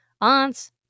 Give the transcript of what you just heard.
aunts